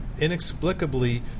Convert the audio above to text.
inexplicably